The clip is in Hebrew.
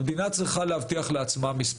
היעדים שצריכה המדינה להבטיח לעצמה: